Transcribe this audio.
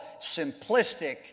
simplistic